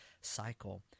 cycle